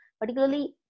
particularly